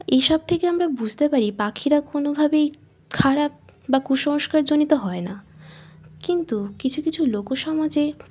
এইসব থেকে আমরা বুঝতে পারি পাখিরা কোনোভাবেই খারাপ বা কুসংস্কারজনিত হয় না কিন্তু কিছু কিছু লোকসমাজে